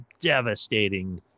devastating